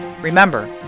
Remember